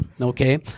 okay